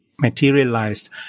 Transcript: materialized